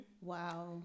Wow